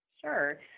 Sure